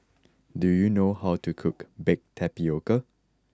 do you know how to cook Baked Tapioca